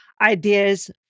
ideas